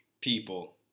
people